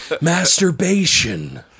Masturbation